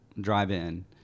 drive-in